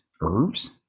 herbs